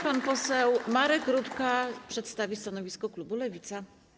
Pan poseł Marek Rutka przedstawi stanowisko klubu Lewica.